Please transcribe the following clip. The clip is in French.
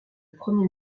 premier